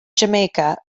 jamaica